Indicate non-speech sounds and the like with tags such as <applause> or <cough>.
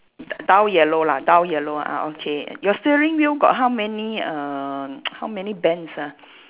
d~ dull yellow lah dull yellow ah ah okay your steering wheel got how many err <noise> how many bands ah